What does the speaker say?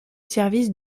service